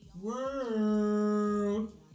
world